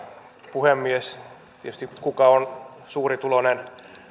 puhemies tietysti kuka on suurituloinen